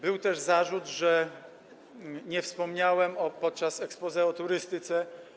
Był też zarzut, że nie wspomniałem podczas exposé o turystyce.